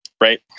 right